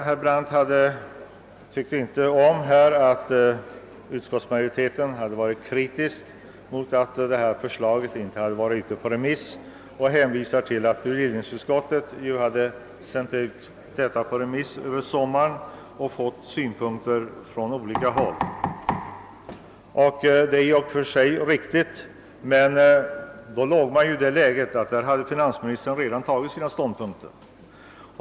Herr Brandt tyckte inte om att utskottsmajoriteten ställt sig kritisk till att detta förslag inte sänts ut på remiss och hänvisade till att bevillningsutskottet ju hade sänt ut det på remiss över sommaren och fått in synpunkter från olika håll. Det är i och för sig riktigt, men då bevillningsutskottet sände ut förslaget på remiss hade finansministern redan intagit sin ståndpunkt.